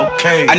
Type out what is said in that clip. Okay